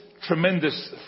tremendous